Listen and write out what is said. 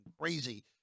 crazy